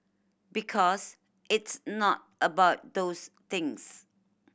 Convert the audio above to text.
because it's not about those things